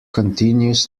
continues